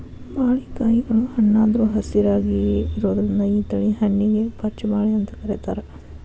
ಬಾಳಿಕಾಯಿಗಳು ಹಣ್ಣಾದ್ರು ಹಸಿರಾಯಾಗಿಯೇ ಇರೋದ್ರಿಂದ ಈ ತಳಿ ಹಣ್ಣಿಗೆ ಪಚ್ಛ ಬಾಳೆ ಅಂತ ಕರೇತಾರ